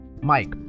Mike